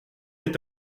est